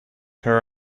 her